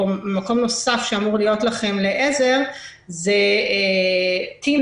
מקום נוסף שאמור להיות לכם לעזר זה תמנ"ע,